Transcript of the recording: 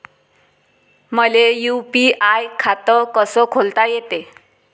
मले यू.पी.आय खातं कस खोलता येते?